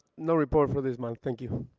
no report for this month, thank you.